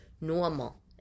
normal